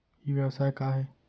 ई व्यवसाय का हे?